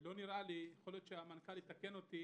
לא נראה לי יכול להיות שהמנכ"ל יתקן אותי